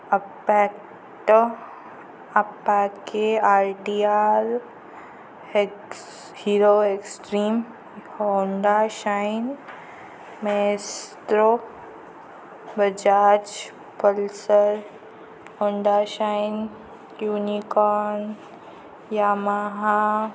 अपॅक्ट Apache RTR हेक्स Hero Xtreme Honda Shine Maestro Bajaj Pulsar Honda Shine Unicorn Yamaha